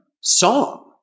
song